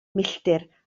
milltir